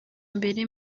mbere